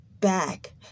back